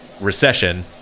recession